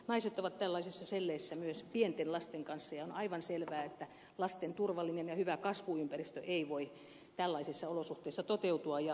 naiset ovat tällaisissa selleissä myös pienten lasten kanssa ja on aivan selvää että lasten turvallinen ja hyvä kasvuympäristö ei voi tällaisissa olosuhteissa toteutua